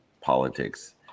politics